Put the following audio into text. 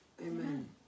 Amen